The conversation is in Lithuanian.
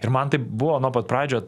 ir man taip buvo nuo pat pradžių